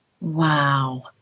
Wow